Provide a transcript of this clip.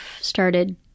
started